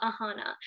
ahana